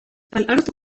الأرض